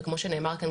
וכמו שנאמר כאן,